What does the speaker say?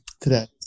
today